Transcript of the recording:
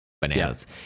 bananas